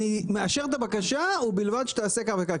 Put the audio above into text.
אני מאשר את הבקשה ובלבד שתעשה כך וכך.